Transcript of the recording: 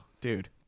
dude